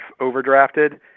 overdrafted